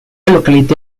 localité